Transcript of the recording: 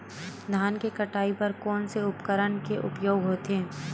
धान के कटाई बर कोन से उपकरण के उपयोग होथे?